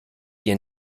dir